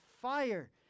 fire